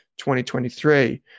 2023